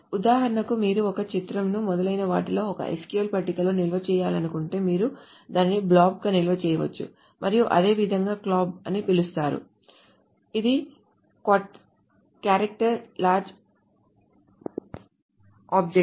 ఉదాహరణకు మీరు ఒక చిత్రంను మొదలైన వాటిలో ఒక SQL పట్టికలో నిల్వ చేయాలనుకుంటే మీరు దానిని బ్లాబ్ గా నిల్వ చేయవచ్చు మరియు అదేవిధంగా క్లాబ్ అని పిలుస్తారు ఇది క్యారెక్టర్ లార్జ్ ఆబ్జెక్ట్